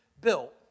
built